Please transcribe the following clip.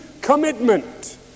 commitment